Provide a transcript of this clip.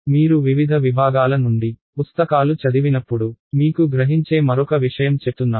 మీరు వివిధ విభాగాల నుండి పుస్తకాలు చదివినప్పుడు మీకు గ్రహించే మరొక విషయం చెప్తున్నాను